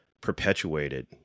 perpetuated